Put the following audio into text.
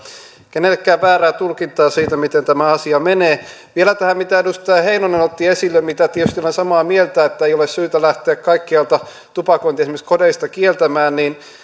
kenellekään väärää tulkintaa siitä miten tämä asia menee vielä tähän mitä edustaja heinonen otti esille mistä tietysti olen samaa mieltä että ei ole syytä lähteä kaikkialta tupakointia esimerkiksi kodeista kieltämään